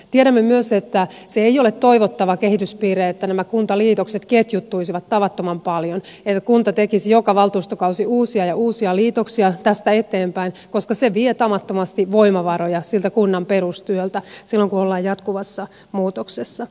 tiedämme myös että se ei ole toivottava kehityspiirre että nämä kuntaliitokset ketjuttuisivat tavattoman paljon että kunta tekisi joka valtuustokausi uusia ja uusia liitoksia tästä eteenpäin koska se vie tavattomasti voimavaroja siltä kunnan perustyöltä silloin kun ollaan jatkuvassa muutoksessa